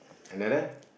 another